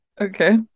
Okay